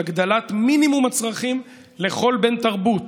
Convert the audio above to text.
הגדלת מינימום הצרכים לכל בן תרבות: